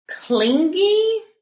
clingy